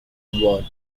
were